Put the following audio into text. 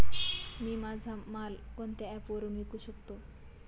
मी माझा माल कोणत्या ॲप वरुन विकू शकतो?